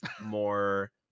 more